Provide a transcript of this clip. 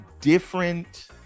different